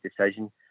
decision